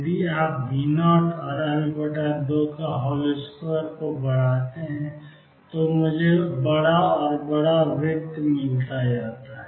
यदि आप V0 और L22 बढ़ाते हैं तो मुझे बड़ा और बड़ा वृत्त मिलता है